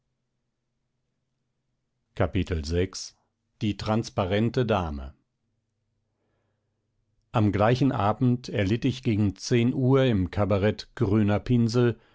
am gleichen abend erlitt ich gegen zehn uhr im kabarett grüner pinsel